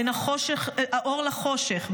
בין האור לחושך,